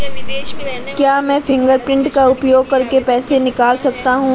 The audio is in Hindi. क्या मैं फ़िंगरप्रिंट का उपयोग करके पैसे निकाल सकता हूँ?